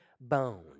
bone